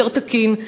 יותר תקין,